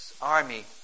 army